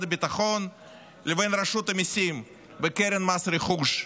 הביטחון לבין רשות המיסים וקרן מס רכוש,